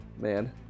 man